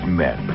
men